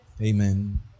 Amen